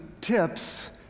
tips